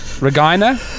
Regina